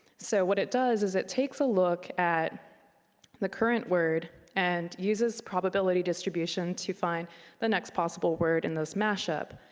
so what it does is it takes a look at the current word and uses probability distribution to find the next possible word in this mashup.